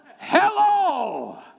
Hello